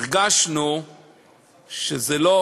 הרגשנו שזה לא